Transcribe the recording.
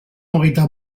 hogeita